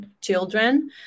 children